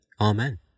Amen